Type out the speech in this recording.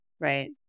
Right